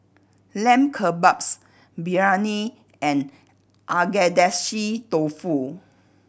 Lamb Kebabs Biryani and Agedashi Dofu